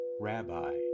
Rabbi